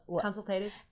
consultative